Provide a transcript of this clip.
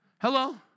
Hello